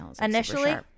initially